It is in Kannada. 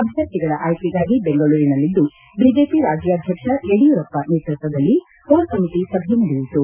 ಅಭ್ವರ್ಥಿಗಳ ಆಯ್ಲಿಗಾಗಿ ಬೆಂಗಳೂರಿನಲ್ಲಿಂದು ಬಿಜೆಪಿ ರಾಜ್ಡಾಧ್ಯಕ್ಷ ಯಡಿಯೂರಪ್ಪ ನೇತೃತ್ವದಲ್ಲಿ ಕೋರ್ಕಮಿಟ ಸಭೆ ನಡೆಯಿತು